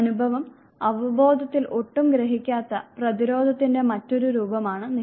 അനുഭവം അവബോധത്തിൽ ഒട്ടും ഗ്രഹിക്കാത്ത പ്രതിരോധത്തിന്റെ മറ്റൊരു രൂപമാണ് നിഷേധം